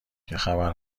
گهخبر